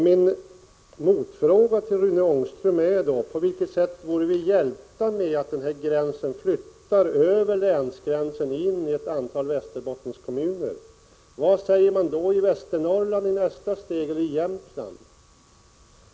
Min motfråga till Rune Ångström är: På vilket sätt vore vi hjälpta med att den här gränsen flyttas över länsgränsen in i ett antal Västerbottenskommuner? Vad säger man då i Västernorrland? Vad är nästa steg? Blir det Jämtland?